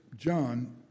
John